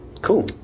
Cool